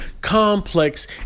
Complex